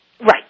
Right